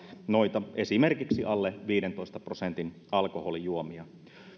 esimerkiksi alle viidentoista prosentin alkoholijuomia